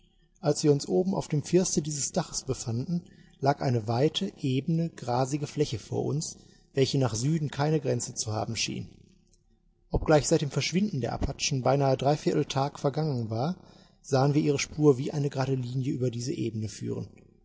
als wir uns oben auf dem firste dieses daches befanden lag eine weite ebene grasige fläche vor uns welche nach süden keine grenze zu haben schien obgleich seit dem verschwinden der apachen beinahe dreiviertel tag vergangen war sahen wir ihre spur wie eine gerade linie über diese ebene führen